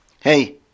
Hey